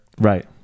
right